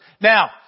Now